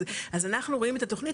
אז אנחנו רואים את התוכנית,